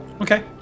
Okay